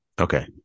Okay